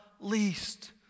least